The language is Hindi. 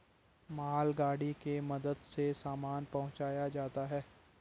मालगाड़ी के मदद से सामान पहुंचाया जाता है